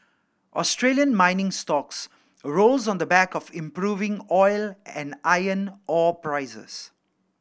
Australian mining stocks rose on the back of improving oil and iron ore prices